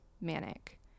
manic